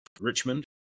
Richmond